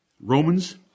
Romans